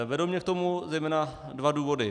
Vedou mě k tomu zejména dva důvody.